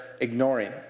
ignoring